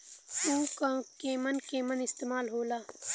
उव केमन केमन इस्तेमाल हो ला?